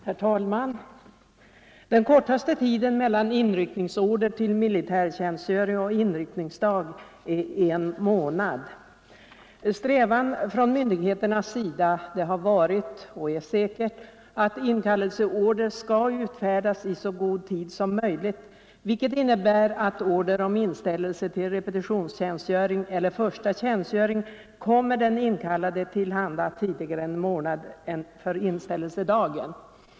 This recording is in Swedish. Herr talman! Nuvarande regler för kortaste tid mellan erhållande av inryckningsorder till värnpliktstjänstgöring och inryckningsdag stadgar att ordern skall vara den värnpliktige till handa senast en månad före inställelsedagen . Strävan från myndigheternas sida har varit och är att inkallelseorder skall utfärdas i så god tid som möjligt, vilket innebär att order om inställelse till repetitionstjänstgöring eller första tjänstgöring kommer den inkallade till handa tidigare än en månad före inställelsedagen.